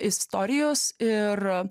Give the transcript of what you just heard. istorijos ir